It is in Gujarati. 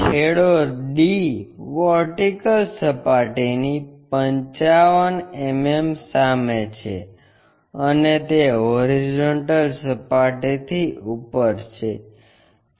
છેડો D વર્ટિકલ સપાટી ની 55 mm સામે છે અને તે હોરીઝોન્ટલ સપાટીથી ઉપર છે